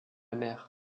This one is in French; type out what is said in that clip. mer